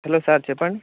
hello sir చెప్పండి